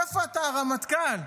איפה אתה, הרמטכ"ל?